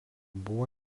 buvo